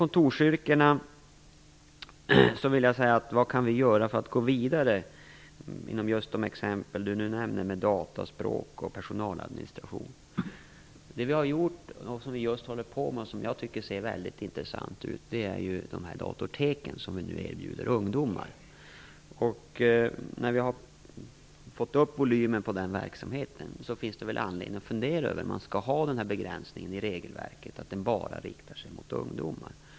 Nilsson nämnde när det gäller kontorsyrkena - data, språk och personaladministration? Det som vi har genomfört och just nu håller på med och som jag tycker ser väldigt intressant ut är datorteken som vi nu erbjuder ungdomar. När vi har fått upp volymen på den verksamheten finns det väl anledning att fundera över om man skall ha den begränsning i regelverket som gör att den bara riktar sig mot ungdomar.